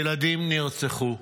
ילדים נרצחו,